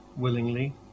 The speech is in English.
willingly